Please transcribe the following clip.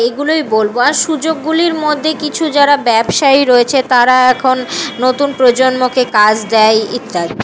এগুলোই বলব আর সুযোগগুলির মধ্যে কিছু যারা ব্যবসায়ী রয়েছে তারা এখন নতুন প্রজন্মকে কাজ দেয় ইত্যাদি